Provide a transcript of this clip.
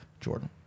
Jordan